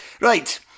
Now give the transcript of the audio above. Right